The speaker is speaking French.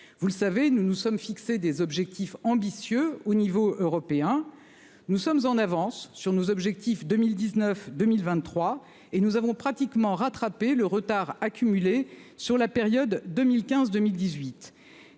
vous le savez, nous nous sommes fixé des objectifs ambitieux au niveau européen. Nous sommes en avance sur nos objectifs 2019 2023 et nous avons pratiquement rattrapé le retard accumulé sur la période 2015 2018.